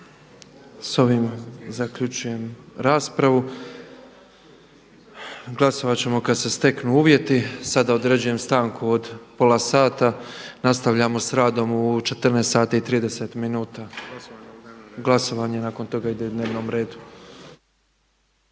S ovim zaključujem raspravu. Glasovat ćemo kada se steknu uvjeti. Sada određujem stanku od pola sata, nastavljamo s radom u 14,30. Glasovanje je nakon toga na dnevnom redu.